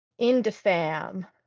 indefam